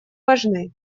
важны